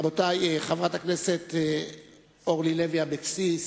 רבותי, חברת הכנסת אורלי לוי אבקסיס